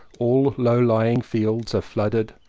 all low-lying fields are flooded,